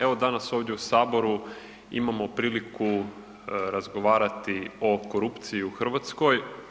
Evo, danas ovdje u Saboru imamo priliku razgovarati o korupciji u Hrvatskoj.